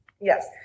Yes